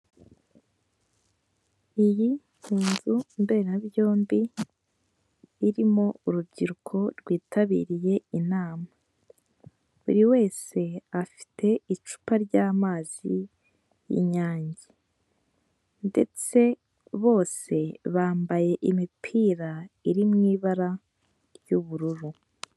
Iyi inzu mberabyombi, irimo urubyiruko rwitabiriye inama. Buri wese afite icupa ry'amazi y'inyange ndetse bose bambaye imipira iri mu ibara ry'ubururu.